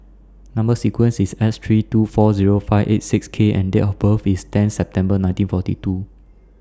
Number sequence IS S three two four Zero five eight six K and Date of birth IS ten September nineteen forty two